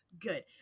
good